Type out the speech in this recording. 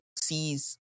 sees